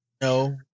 No